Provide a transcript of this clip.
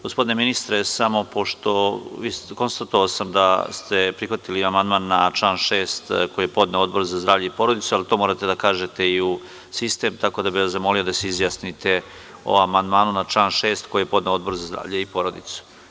Gospodine ministre, samo pošto sam konstatovao da ste prihvatili amandman na član 6. koji je podneo Odbor za zdravlje i porodicu, ali to morate da kažete i u sistem, tako da bih vas zamolio da se izjasnite o amandmanu na član 6. koji je podneo Odbor za zdravlje i porodicu.